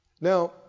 now